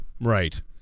Right